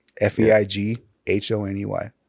F-E-I-G-H-O-N-E-Y